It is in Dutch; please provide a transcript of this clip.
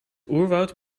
oerwoud